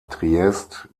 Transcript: triest